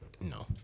No